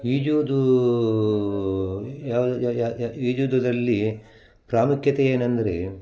ಈಜುವುದು ಯಾವ ಈಜುದದ್ರಲ್ಲಿ ಪ್ರಾಮುಖ್ಯತೆ ಏನೆಂದ್ರೆ